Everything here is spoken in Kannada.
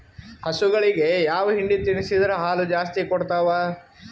ಹಸುಗಳಿಗೆ ಯಾವ ಹಿಂಡಿ ತಿನ್ಸಿದರ ಹಾಲು ಜಾಸ್ತಿ ಕೊಡತಾವಾ?